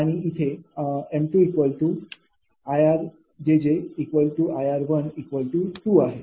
आणि इथे m2𝐼𝑅𝑗𝑗𝐼𝑅2 आहे